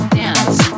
dance